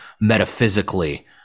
metaphysically